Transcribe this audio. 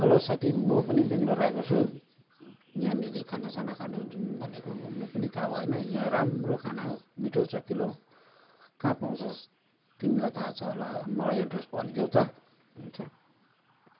हलो साथी म पनि ब्याङ्लोर आएको छु यहाँनिर खानासाना खानु जाऔँ भनेको घुम्नु पनि थाहा भएन यहाँ राम्रो खाना मिठो चखिलो कहाँ पाउँछ तिमीलाई थाहा छ होला मलाई एड्रेस भनिदेऊ त हुन्छ